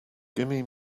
gimme